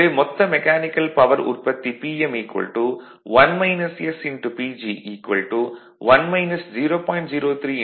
எனவே மொத்த mechanical power உற்பத்தி Pm PG 1 0